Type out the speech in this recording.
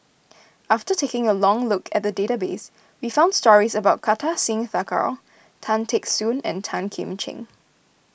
after taking a look at the database we found stories about Kartar Singh Thakral Tan Teck Soon and Tan Kim Ching